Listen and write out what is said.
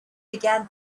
began